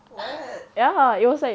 what